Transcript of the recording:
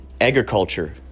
agriculture